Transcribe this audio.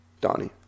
Donnie